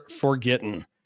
forgotten